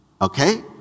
Okay